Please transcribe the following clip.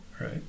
Right